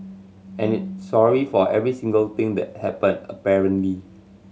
and it sorry for every single thing that happened apparently